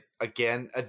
again